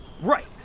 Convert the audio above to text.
Right